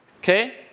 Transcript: okay